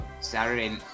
Saturday